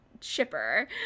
chipper